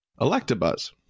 electabuzz